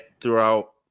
throughout